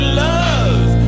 love